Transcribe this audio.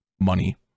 money